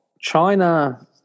China